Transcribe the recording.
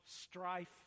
strife